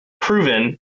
proven